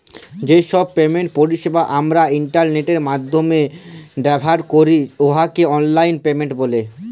যে ছব পেমেন্ট পরিছেবা আমরা ইলটারলেটের মাইধ্যমে ব্যাভার ক্যরি উয়াকে অললাইল পেমেল্ট ব্যলে